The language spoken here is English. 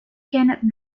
cannot